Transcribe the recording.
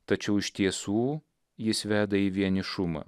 tačiau iš tiesų jis veda į vienišumą